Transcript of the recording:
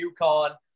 UConn